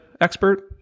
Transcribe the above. expert